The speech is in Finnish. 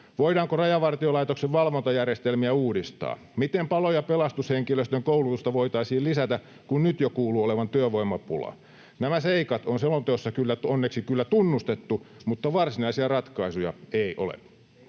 Voidaanko Rajavartiolaitoksen valvontajärjestelmiä uudistaa? Miten palo- ja pelastushenkilöstön koulutusta voitaisiin lisätä, kun nyt jo kuuluu olevan työvoimapula? Nämä seikat on selonteossa kyllä onneksi tunnustettu, mutta varsinaisia ratkaisuja ei ole.